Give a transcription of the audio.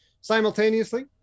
Simultaneously